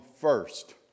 first